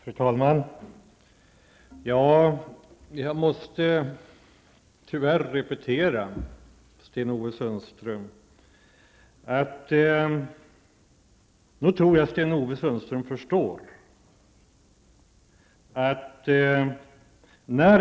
Fru talman! Jag måste tyvärr repetera, Sten-Ove Sundström.